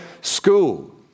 school